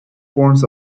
forms